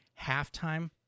halftime